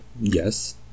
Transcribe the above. yes